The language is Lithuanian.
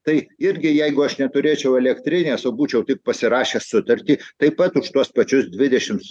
tai irgi jeigu aš neturėčiau elektrinės o būčiau tik pasirašęs sutartį taip pat už tuos pačius dvidešims